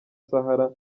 sahara